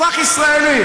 אזרח ישראלי.